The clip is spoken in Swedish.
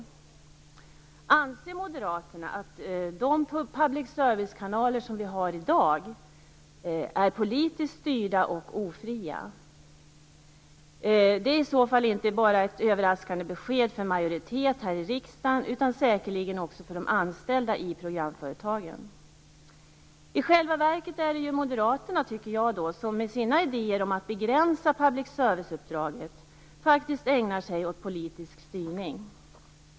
Anser Moderaterna att de public service-kanaler som finns i dag är politiskt styrda och ofria? Det är i så fall inte ett överraskande besked bara för en majoritet här i riksdagen utan säkerligen också för de anställda i programföretagen. I själva verket är det ju Moderaterna som med sina idéer om att begränsa public service-uppdraget faktiskt ägnar sig åt politisk styrning.